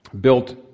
built